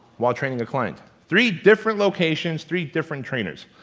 while training the client. three different locations, three different trainers.